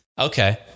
Okay